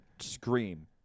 scream